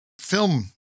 film